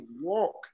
walk